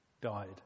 died